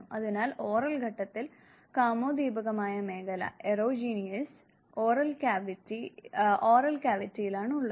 അതിനാൽ ഓറൽ ഘട്ടത്തിൽ കാമോദ്ദീപകമായ മേഖല ഓറൽ കാവിറ്റിയിൽ ആണുള്ളത്